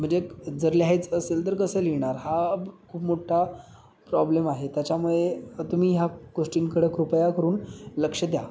म्हणजे जर लिहायचं असेल तर कसं लिहिणार हा खूप मोठा प्रॉब्लेम आहे त्याच्यामुळे तुम्ही ह्या गोष्टींकडं कृपया करून लक्ष द्या